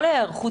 כל ההיערכות,